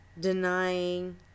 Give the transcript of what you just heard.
Denying